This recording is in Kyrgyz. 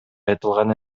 айтылган